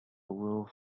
little